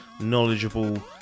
knowledgeable